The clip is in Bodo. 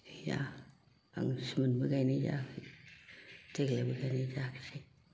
गैया आं सिमोनबो गाइनाय जायाखै देग्लायबो गायनाय जायाखसै